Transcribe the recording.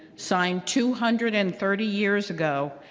signed two hundred and thirty years ago,